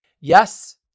Yes